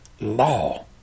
law